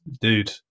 dude